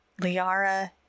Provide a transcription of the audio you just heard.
Liara